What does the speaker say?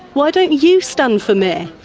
why don't you stand for mayor?